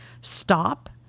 stop